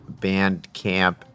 Bandcamp